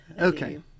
Okay